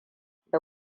da